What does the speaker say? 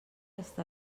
està